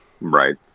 Right